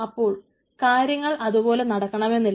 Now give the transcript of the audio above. അപ്പോൾ കാര്യങ്ങൾ അതുപോലെ നടക്കണമെന്നില്ല